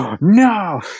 no